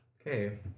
Okay